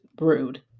rude